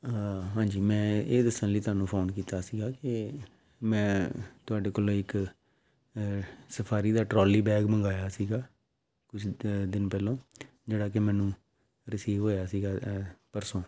ਹਾਂਜੀ ਮੈਂ ਇਹ ਦੱਸਣ ਲਈ ਤੁਹਾਨੂੰ ਫੋਨ ਕੀਤਾ ਸੀਗਾ ਕਿ ਮੈਂ ਤੁਹਾਡੇ ਕੋਲੋਂ ਇੱਕ ਸਫਾਰੀ ਦਾ ਟਰੋਲੀ ਬੈਗ ਮੰਗਵਾਇਆ ਸੀਗਾ ਕੁਛ ਦਿਨ ਪਹਿਲਾਂ ਜਿਹੜਾ ਕਿ ਮੈਨੂੰ ਰਿਸੀਵ ਹੋਇਆ ਸੀਗਾ ਪਰਸੋਂ